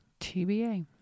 TBA